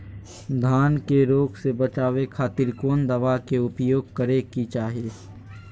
धान के रोग से बचावे खातिर कौन दवा के उपयोग करें कि चाहे?